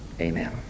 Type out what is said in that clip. Amen